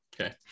Okay